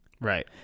Right